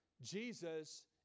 Jesus